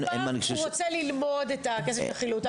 אין משהו שהוא --- כל פעם הוא רוצה ללמוד את הכסף לחילוט,